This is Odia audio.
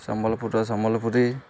ସମ୍ବଲପୁରର ସମ୍ବଲପୁରୀ